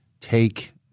take